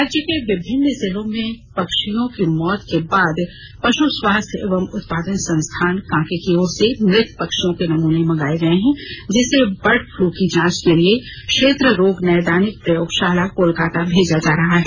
राज्य के विभिन्न जिलों से पक्षियों की मौत के बाद पशु स्वास्थ्य एवं उत्पादन संस्थान कांके की ओर से मृत पक्षियों के नूमने मंगाये गये हैं जिसे बर्ड फ़लू की जांच के लिए क्षेत्र रोग नैदानिक प्रयोगशाला कोलकाता भेजा जा रहा है